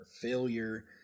failure